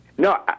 No